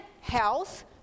health